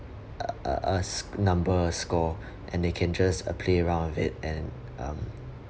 uh number uh score and they can just uh play around out with it and